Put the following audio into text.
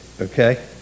okay